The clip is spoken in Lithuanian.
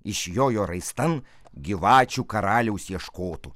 išjojo raistan gyvačių karaliaus ieškotų